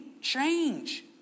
Change